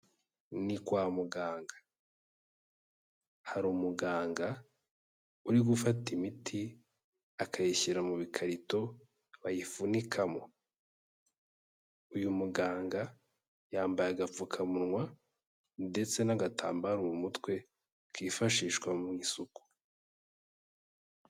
Ni kwa muganga, hari umuganga uri gufata imiti akayishyira mu bikarito bayifunikamo. Uyu muganga yambaye agapfukamunwa ndetse n'agatambaro mu mutwe kifashishwa mu isuku.